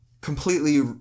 completely